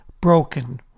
broken